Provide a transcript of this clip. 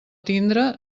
tindre